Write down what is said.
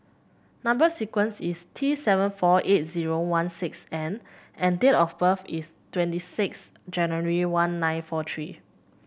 number sequence is T seven four eight zero one six N and date of birth is twenty six January one nine four three